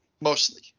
Mostly